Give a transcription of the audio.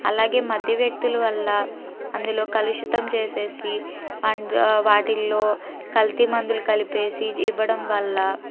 అలాగే మధ్య వ్యక్తుల వల్ల అందులో కలుషితం చేసేసి అందు వాటిల్లో కల్తీ మందులు కలిపేసి జీ ఇవ్వడం వల్ల